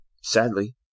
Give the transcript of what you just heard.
Sadly